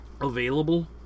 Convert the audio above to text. available